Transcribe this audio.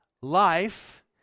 life